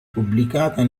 pubblicata